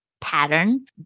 pattern